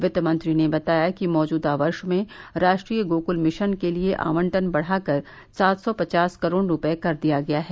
वित्तमंत्री ने बताया कि मौजूदा वर्ष में राष्ट्रीय गोक्ल मिशन के लिए आबंटन बढ़ाकर सात सौ पचास करोड़ रूपये कर दिया गया है